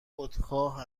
خودخواه